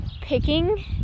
picking